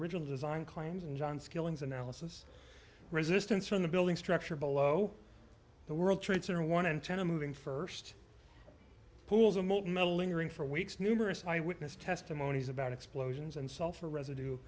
original design claims and john skilling's analysis resistance from the building structure below the world trade center one in ten a moving first pools of molten metal lingering for weeks numerous eyewitness testimonies about explosions and sulfur residue